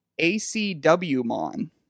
ACWmon